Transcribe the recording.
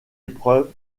épreuve